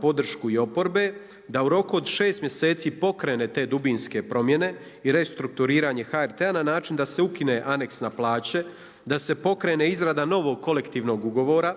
podršku i oporbe, da u roku od šest mjeseci pokrene te dubinske promjene i restrukturiranje HRT-a na način da se ukine aneks na plaće, da se pokrene izrada novog kolektivnog ugovora,